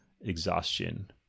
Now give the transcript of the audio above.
exhaustion